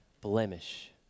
blemish